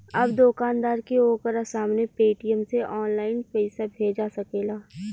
अब दोकानदार के ओकरा सामने पेटीएम से ऑनलाइन पइसा भेजा सकेला